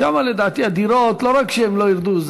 שם לדעתי מחירי הדירות לא רק שלא ירדו,